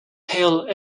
hale